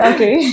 Okay